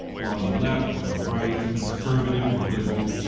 or on the left or the right, conservative or liberal.